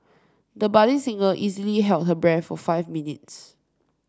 the budding singer easily held her breath for five minutes